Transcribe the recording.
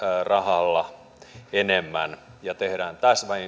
rahalla enemmän ja tehdään